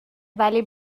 ولی